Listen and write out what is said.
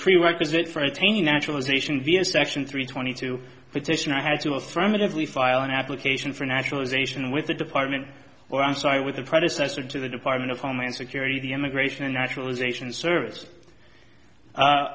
prerequisite for attaining naturalization the inspection three twenty two petition i had to affirmatively file an application for naturalization with the department or i'm sorry with the predecessor to the department of homeland security the immigration and naturalization service